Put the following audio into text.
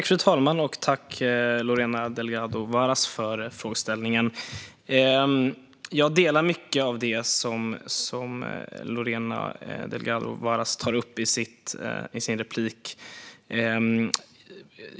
Fru talman! Jag tackar Lorena Delgado Varas för frågan. Jag håller med om mycket av det Lorena Delgado Varas tar upp i sin replik.